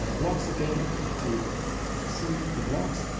ah blocks again to see the blocks.